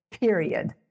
period